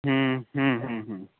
ਹੂੰ ਹੂੰ ਹੂੰ ਹੂੰ